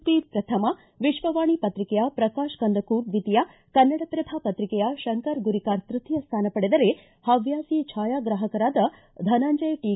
P ಪ್ರಥಮ ವಿಶ್ವವಾಣಿ ಪತ್ರಿಕೆಯ ಪ್ರಕಾಶ ಕಂದಕೂರ್ ದ್ವಿತೀಯ ಕನ್ನಡ ಪ್ರಭ ಪತ್ರಿಕೆಯ ಶಂಕರ ಗುರಿಕಾರ ತೃತೀಯ ಸ್ವಾನ ಪಡೆದರೆ ಹವ್ವಾಸಿ ಭಾಯಾಗ್ರಾಹಕರಾದ ಧನಂಜಯ ಟಿ